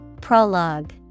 Prologue